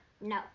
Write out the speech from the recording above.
No